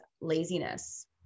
laziness